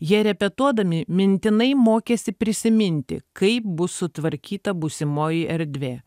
jie repetuodami mintinai mokėsi prisiminti kaip bus sutvarkyta būsimoji erdvė